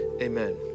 Amen